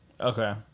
Okay